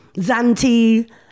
Zanti